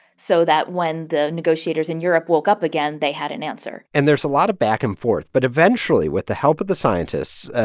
so that when the negotiators in europe woke up again, they had an answer and there's a lot of back-and-forth. but eventually, with the help of the scientists,